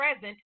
present